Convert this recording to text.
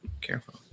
careful